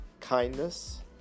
kindness